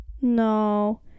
no